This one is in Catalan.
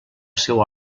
seu